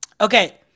okay